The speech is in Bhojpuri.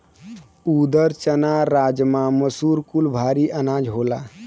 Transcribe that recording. ऊरद, चना, राजमा, मसूर कुल भारी अनाज होला